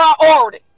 priority